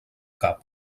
cap